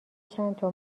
چندتا